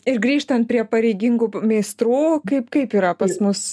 ir grįžtant prie pareigingų meistrų kaip kaip yra pas mus